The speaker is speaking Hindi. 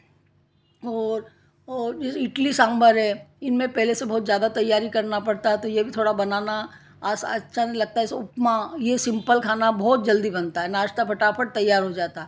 ओ ओ जो इडली सांभर है इनमें पहले से बहुत ज़्यादा तैयारी करना पड़ता है तो यह भी थोड़ा बनाना अच्छा नहीं लगता है जैसे उपमा यह सिंपल खाना बहुत जल्दी बनता है नाश्ता फटाफट तैयार हो जाता